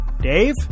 Dave